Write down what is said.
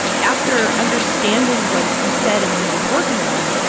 after understanding what he said and what he was working on,